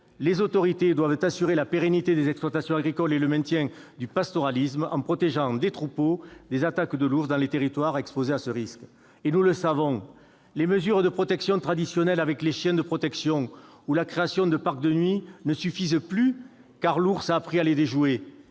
les autorités doivent « assurer la pérennité des exploitations agricoles et le maintien du pastoralisme, en particulier en protégeant les troupeaux des attaques du loup et de l'ours dans les territoires exposés à ce risque ». Nous le savons, les mesures de protection traditionnelles avec les chiens de protection ou la création de parcs de nuit ne suffisent plus, car l'ours a appris à les déjouer.